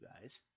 guys